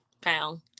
pound